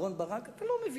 אהרן ברק, אתה לא מבין.